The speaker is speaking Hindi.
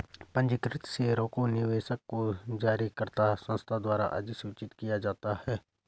पंजीकृत शेयरों के निवेशक को जारीकर्ता संस्था द्वारा अधिसूचित किया जाता है